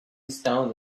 stones